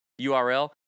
URL